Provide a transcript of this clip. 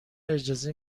اجازه